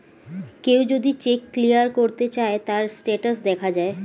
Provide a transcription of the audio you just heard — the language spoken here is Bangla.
কেউ যদি চেক ক্লিয়ার করতে চায়, তার স্টেটাস দেখা যায়